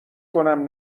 کنم